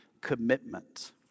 commitment